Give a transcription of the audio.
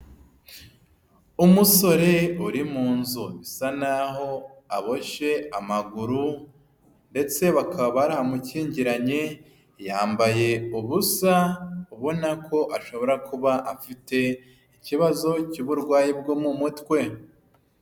Umusore uri mu nzu bisa naho aboshye amaguru ndetse bakaba baramukingiranye, yambaye ubusa ubona ko ashobora kuba afite ikibazo cy'uburwayi bwo mu mutwe.